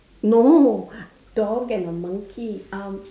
no dog and a monkey um